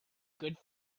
good